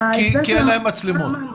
כי אין להם מצלמות.